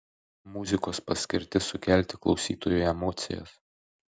muzikos paskirtis sukelti klausytojui emocijas